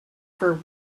for